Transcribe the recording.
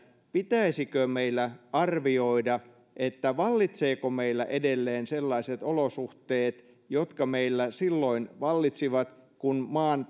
pitäisikö meillä arvioida vallitsevatko meillä edelleen sellaiset olosuhteet jotka meillä silloin vallitsivat kun maan